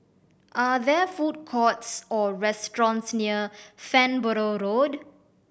are there food courts or restaurants near Farnborough Road